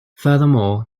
furthermore